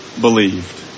believed